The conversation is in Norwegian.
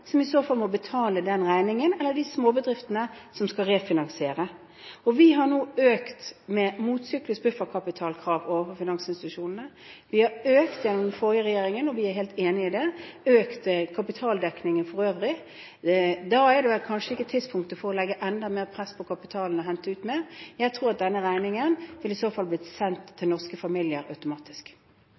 som skal inn i boligmarkedet, eller småbedriftene som skal refinansiere, som i så fall må betale den regningen. Vi har nå økt med motsyklus bufferkapitalkrav overfor finansinstitusjonene, det ble økt gjennom den forrige regjeringen. Vi er helt enige i det og har økt kapitaldekningen for øvrig. Da er det kanskje ikke tidspunktet for å legge enda mer press på kapitalen og hente ut mer. Jeg tror at denne regningen i så fall ville blitt sendt automatisk til norske familier.